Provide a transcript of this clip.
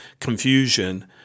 confusion